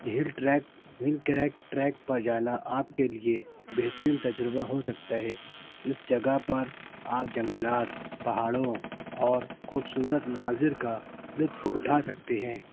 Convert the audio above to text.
ہل trek hill crack trek پر جانا آپ کے لیے بہترین تجربہ ہو سکتا ہے اس جگہ پر آپ جنگلات پہاڑوں اور خوبصورت مناظر کا لطف اٹھا سکتے ہیں